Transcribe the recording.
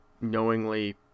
knowingly